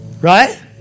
right